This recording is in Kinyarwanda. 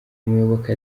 muyoboke